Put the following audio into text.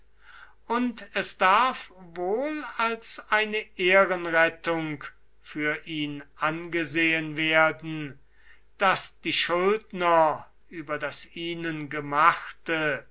und es darf wohl als eine ehrenrettung für ihn angesehen werden daß die schuldner über das ihnen gemachte